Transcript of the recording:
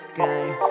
game